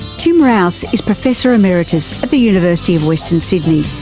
tim rowse is professor emeritus at the university of western sydney.